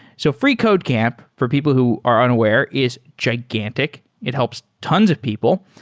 so freecodecamp, for people who are unaware is gigantic. it helps tons of people.